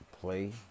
play